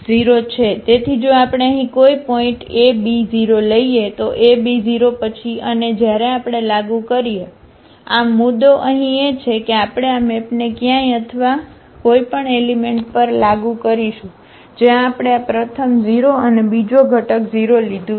તેથી જો આપણે અહીં કોઈ પોઈન્ટ a b 0 લઈએ તો a b 0 પછી અને જ્યારે આપણે લાગુ કરીએ આમ મુદ્દો અહીં એ છે કે જો આપણે આ મેપને ક્યાંય અથવા કોઈપણ એલિમેંટ પર લાગુ કરીશું જ્યાં આપણે આ પ્રથમ 0 અને બીજો ઘટક 0 લીધું છે